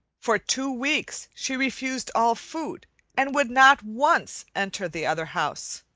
for two weeks she refused all food and would not once enter the other house.